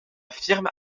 firme